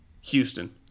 Houston